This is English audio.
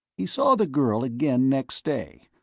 he saw the girl again next day,